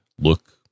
look